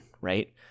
Right